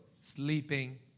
sleeping